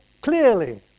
clearly